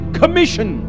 commission